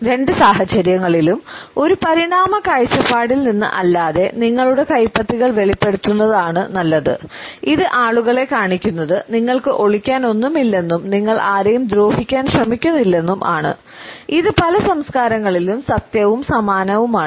രണ്ട് സാഹചര്യങ്ങളിലും ഒരു പരിണാമ കാഴ്ചപ്പാടിൽ നിന്ന് അല്ലാതെ നിങ്ങളുടെ കൈപ്പത്തികൾ വെളിപ്പെടുത്തുന്നതാണ് നല്ലത് ഇത് ആളുകളെ കാണിക്കുന്നത് നിങ്ങൾക്ക് ഒളിക്കാൻ ഒന്നുമില്ലെന്നും നിങ്ങൾ ആരെയും ദ്രോഹിക്കാൻ ശ്രമിക്കുന്നില്ലെന്നും ആണ് ഇത് പല സംസ്കാരങ്ങളിലും സത്യവും സമാനവുമാണ്